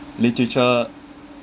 literature